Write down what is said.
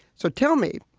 so tell me.